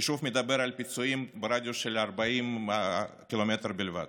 ששוב מדבר על פיצויים ברדיוס של 40 קילומטר בלבד,